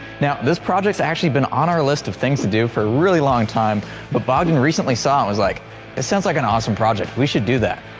now this projects actually been on our list of things to do for a really long time but bogdan recently saw it was like it sounds like an awesome project we should do that.